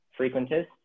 frequentist